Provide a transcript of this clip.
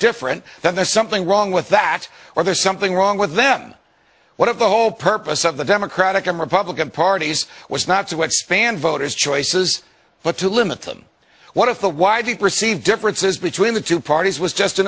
different then there's something wrong with that or there's something wrong with them what if the whole purpose of the democratic and republican parties was not to expand voters choices but to limit them one of the widely perceived differences between the two parties was just an